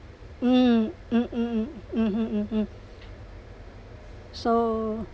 mm mm mm mmhmm mmhmm so